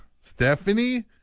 Stephanie